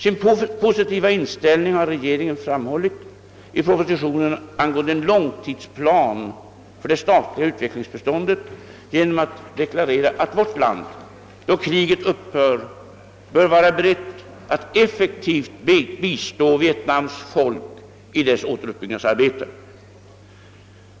Sin positiva inställning har regeringen framhållit i propositionen angående en långtidsplan för det statliga utvecklingsbiståndet genom «att deklarera att vårt land, då kriget upphör, bör vara berett att effektivt bistå Vietnams folk i dess återuppbyggnadsarbete.